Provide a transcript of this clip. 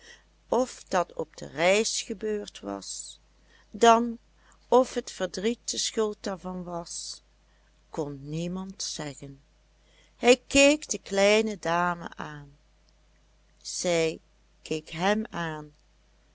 of dat op reis gebeurd was dan of het verdriet de schuld daarvan was kon niemand zeggen hij keek de kleine dame aan zij keek hem aan